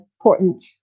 important